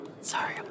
Sorry